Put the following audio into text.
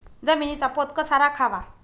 जमिनीचा पोत कसा राखावा?